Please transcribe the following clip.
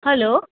hello